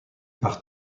par